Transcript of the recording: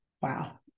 Wow